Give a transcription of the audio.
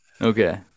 Okay